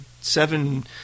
seven